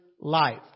life